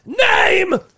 name